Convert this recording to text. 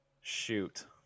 shoot